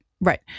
Right